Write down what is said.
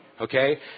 okay